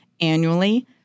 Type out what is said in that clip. annually